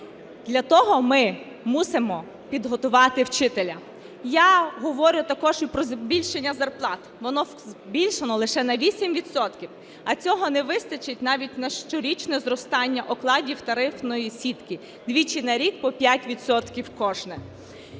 Для того ми мусимо підготувати вчителя. Я говорю також і про збільшення зарплат. Вони збільшені лише на 8 відсотків, а цього не вистачить навіть на щорічне зростання окладів тарифної сітки двічі на рік по 5